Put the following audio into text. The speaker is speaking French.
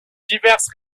diverses